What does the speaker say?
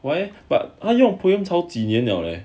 why leh 她用 POEMS 好几年了咧